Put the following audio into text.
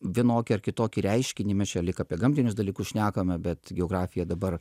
vienokį ar kitokį reiškinį mes čia lyg apie gamtinius dalykus šnekame bet geografija dabar